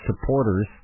supporters